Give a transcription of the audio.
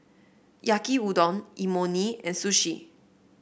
Yaki Udon Imoni and Sushi